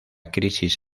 crisis